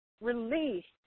released